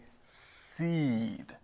seed